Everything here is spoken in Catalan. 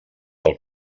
del